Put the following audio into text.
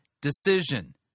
decision